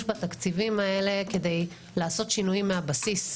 בתקציבים האלה כדי לעשות שינויים מהבסיס,